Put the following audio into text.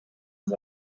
his